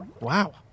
Wow